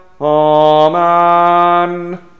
Amen